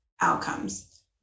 outcomes